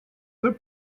that